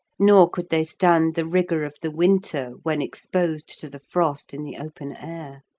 nor could they stand the rigour of the winter when exposed to the frost in the open air.